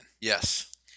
Yes